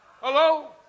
Hello